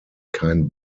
kein